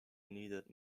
needed